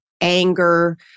anger